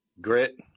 Grit